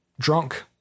drunk